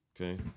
okay